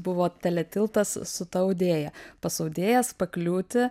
buvo teletiltas su ta audėja pas audėjas pakliūti